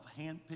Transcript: handpicked